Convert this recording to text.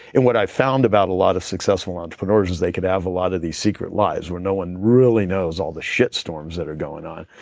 and what i found about a lot of successful entrepreneurs is they could have a lot of the secret lives where no one really knows all the shit storms that are going on.